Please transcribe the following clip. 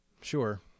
Sure